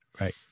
right